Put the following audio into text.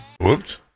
whoops